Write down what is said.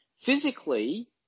Physically